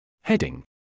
Heading